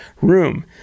room